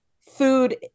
food